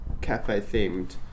cafe-themed